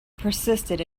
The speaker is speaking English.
persisted